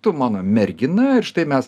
tu mano mergina ir štai mes